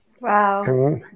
Wow